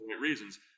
reasons